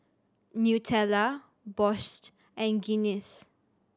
Nutella Bosch and Guinness